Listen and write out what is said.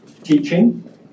teaching